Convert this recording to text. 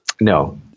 No